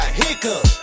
hiccup